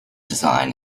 design